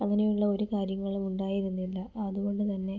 അങ്ങനെയുള്ള ഒരു കാര്യങ്ങളും ഉണ്ടായിരുന്നില്ല അതുകൊണ്ട് തന്നെ